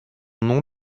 nom